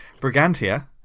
Brigantia